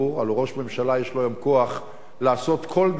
הלוא ראש הממשלה יש לו היום כוח לעשות כל דבר.